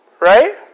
Right